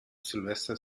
sylvester